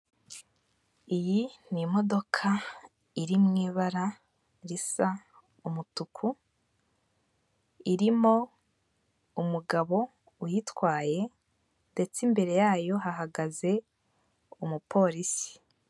Iyi ni imodoka iri mu ibara risa umutuku irimo umugabo uyitwaye ndetse imbere yayo hahagaze umupolisi.